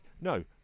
No